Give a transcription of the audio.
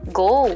go